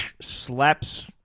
Slaps